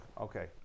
Okay